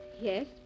Yes